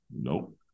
Nope